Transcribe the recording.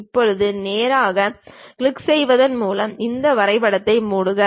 இப்போது நேராக கிளிக் செய்வதன் மூலம் இந்த வரைபடத்தை மூடுக